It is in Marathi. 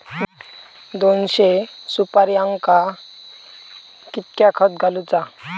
दोनशे सुपार्यांका कितक्या खत घालूचा?